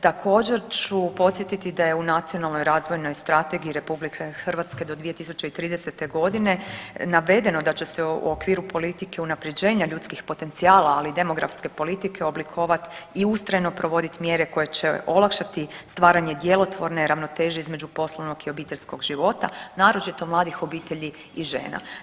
Također ću podsjetiti da je u Nacionalnoj razvojnoj strategiji Republike Hrvatske do 2030. godine navedeno da će se u okviru politike unapređenja ljudskih potencijala, ali i demografske politike oblikovati i ustrajno provoditi mjere koje će olakšati stvaranje djelotvorne ravnoteže između poslovnog i obiteljskog života naročito mladih obitelji i žena.